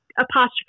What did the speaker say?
Apostrophe